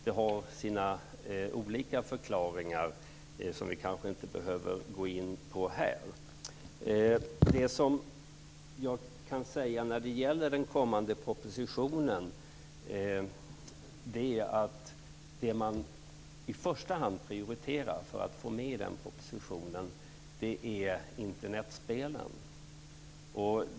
Det har sina olika förklaringar, som vi kanske inte behöver gå in på här. Det man i första hand prioriterar att få med i den kommande propositionen är Internetspelen.